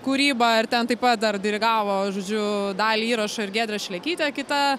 kūryba ir ten taip pat dar dirigavo žodžiu dalį įrašo ir giedrė šlekytė kita